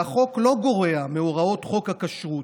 והחוק לא גורע מהוראות חוק הכשרות.